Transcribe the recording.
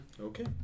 okay